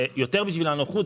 זה יותר בשביל הנוחות.